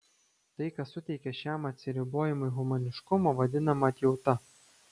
tai kas suteikia šiam atsiribojimui humaniškumo vadinama atjauta